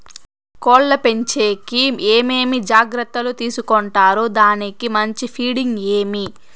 కోళ్ల పెంచేకి ఏమేమి జాగ్రత్తలు తీసుకొంటారు? దానికి మంచి ఫీడింగ్ ఏమి?